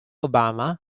obama